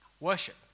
Worship